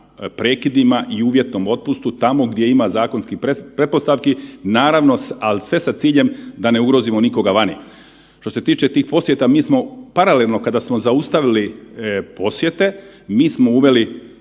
prekidima i uvjetnom otpustu tamo gdje ima zakonskih pretpostavki, naravno sve sa ciljem da ne ugrozimo nikoga vani. Što se tiče tih posjeta mi smo paralelno kada smo zaustavili posjete mi smo uveli